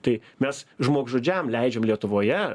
tai mes žmogžudžiam leidžiam lietuvoje